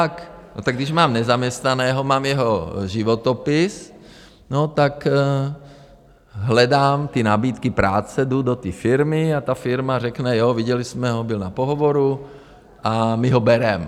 No tak když mám nezaměstnaného, mám jeho životopis, tak hledám ty nabídky práce, jdu do té firmy a ta firma řekne, jo, viděli jsme ho, byl na pohovoru a my ho bereme.